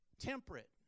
temperate